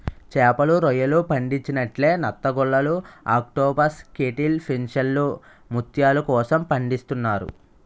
చేపలు, రొయ్యలు పండించినట్లే నత్తగుల్లలు ఆక్టోపస్ కేటిల్ ఫిష్లను ముత్యాల కోసం పండిస్తున్నారు